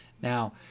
Now